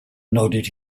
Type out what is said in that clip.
nodded